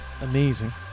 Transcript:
amazing